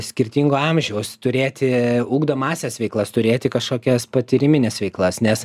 skirtingo amžiaus turėti ugdomąsias veiklas turėti kažkokias patyrimines veiklas nes